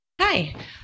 Hi